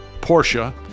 Porsche